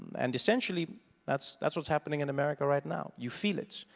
and essentially that's that's what's happening in america right now, you feel it.